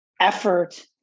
effort